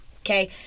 okay